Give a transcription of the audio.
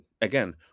again